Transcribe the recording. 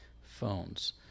phones